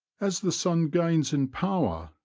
as the sun gains in power,